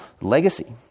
legacy